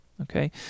okay